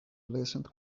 listened